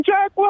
Jack